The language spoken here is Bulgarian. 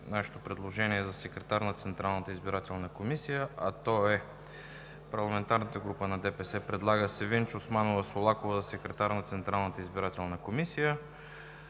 нашето предложение за секретар на Централната избирателна комисия, а то е: парламентарната група на ДПС предлага Севинч Османова Солакова за секретар на Централната избирателна комисия.